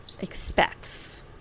expects